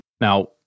now